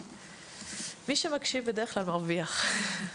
ומי שמקשיב בדרך כלל מרוויח.